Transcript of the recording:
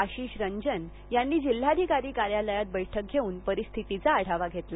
आशिष रंजन यांनी जिल्हाधिकारी कार्यालयात बैठक घेऊन परिस्थितीचा आढावा घेतला